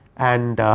and